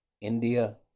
India